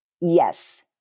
Yes